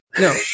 No